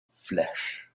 flesh